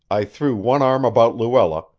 i threw one arm about luella,